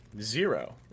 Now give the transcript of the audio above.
zero